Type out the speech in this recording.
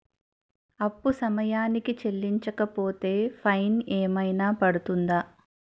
అప్పు సమయానికి చెల్లించకపోతే ఫైన్ ఏమైనా పడ్తుంద?